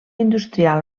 industrial